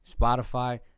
Spotify